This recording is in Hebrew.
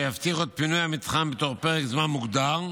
יבטיחו את פינוי המתחם תוך פרק זמן מוגדר,